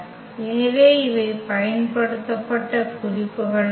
எனவே இவை பயன்படுத்தப்பட்ட குறிப்புகள் ஆகும்